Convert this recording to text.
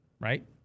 right